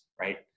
right